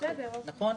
נכון?